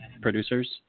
producers